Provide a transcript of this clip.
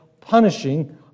punishing